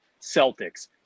Celtics